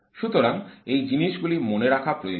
সুতরাং এই জিনিসগুলি মনে রাখা প্রয়োজন